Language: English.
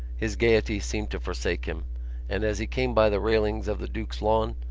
his gaiety seemed to forsake him and, as he came by the railings of the duke's lawn,